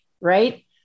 right